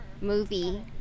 movie